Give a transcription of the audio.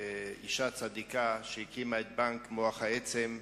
אשה צדיקה שהקימה את בנק מוח העצם,